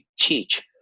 teach